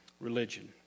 religion